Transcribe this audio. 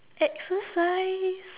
exercise